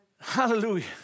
Hallelujah